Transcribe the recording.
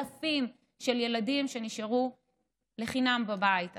אלפים של ילדים נשארו לחינם בבית.